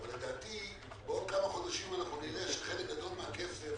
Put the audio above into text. אבל, לדעתי, בעוד כמה חודשים נראה שחלק מהכסף